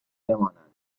بمانند